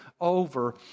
over